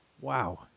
Wow